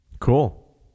Cool